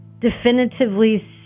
definitively